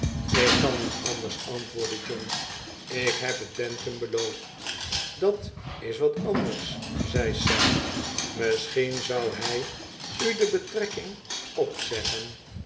ik kan niet anders antwoordde john ik heb het bantam beloofd dat is wat anders zei sam r misschien zou hij u de betrekking opzeggen